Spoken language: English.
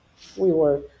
WeWork